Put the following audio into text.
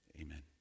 amen